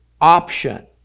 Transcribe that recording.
option